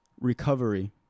recovery